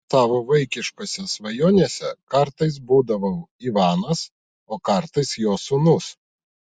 savo vaikiškose svajonėse kartais būdavau ivanas o kartais jo sūnus